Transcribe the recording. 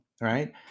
right